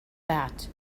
that